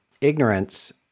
ignorance